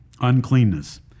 uncleanness